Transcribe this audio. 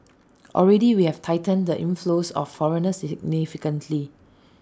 already we have tightened the inflows of foreigners significantly